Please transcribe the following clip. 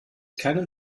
keinen